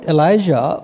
Elijah